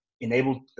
enable